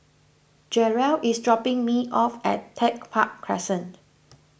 Jerrell is dropping me off at Tech Park Crescent